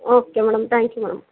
okay madam thank you madam